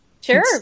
sure